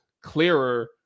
clearer